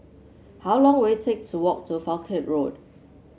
how long will it take to walk to Falkland Road